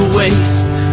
waste